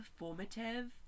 performative